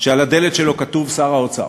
שעל הדלת שלו כתוב "שר האוצר"?